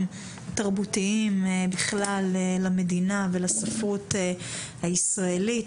תרבותיים בכלל למדינה ולספרות הישראלית.